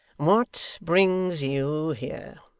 what brings you here?